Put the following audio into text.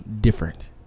different